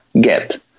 get